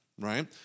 right